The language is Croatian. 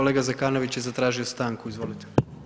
Kolega Zekanović je zatražio stanku, izvolite.